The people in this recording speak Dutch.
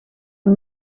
een